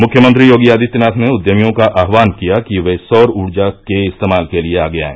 मुख्यमंत्री योगी आदित्यनाथ ने उद्यमियों का आह्वान किया कि वे सौर ऊर्जा के इस्तेमाल के लिए आगे आए